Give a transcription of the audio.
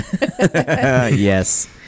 Yes